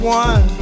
one